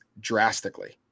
drastically